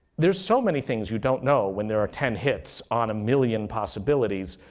there's so many things you don't know when there are ten hits on a million possibilities.